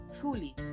Truly